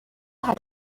had